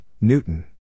Newton